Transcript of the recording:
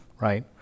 right